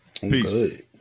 Peace